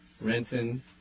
Renton